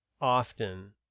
often